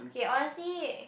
okay honestly